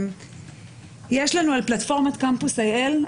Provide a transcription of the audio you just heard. יש לנו על פלטפורמות קמפוס IL,